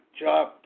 job